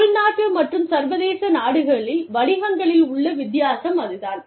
உள்நாட்டு மற்றும் சர்வதேச நாடுகளில் வணிகங்களில் உள்ள வித்தியாசம் அதுதான்